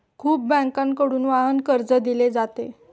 खूप बँकांकडून वाहन कर्ज दिले जाते